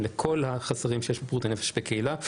אלא לכל החסרים שיש בבריאות הנפש בקהילה.